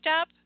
up